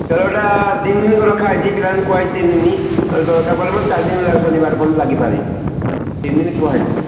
ଖେଳଟା ତିନି ଦିନକି ରଖା ହୋଇଛି ପିଲାଙ୍କୁ କୁହାହେଇଛି ତିନି ଦିନ ଦରକାର ପଡ଼ିଲେ ମଧ୍ୟ ଚାରି ଦିନ ଶନିବାର ପର୍ଯ୍ୟନ୍ତ ଲାଗିପାରେ ତିନି ଦିନ କୁହାହୋଇଛି